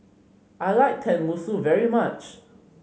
I like Tenmusu very much